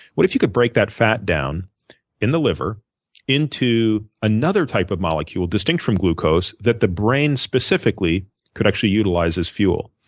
what if you could break that fat down in the liver into another type of molecule distinct from glucose that the brain specifically could actually utilize as fuel.